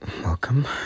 Welcome